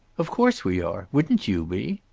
of course we are. wouldn't you be?